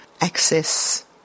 access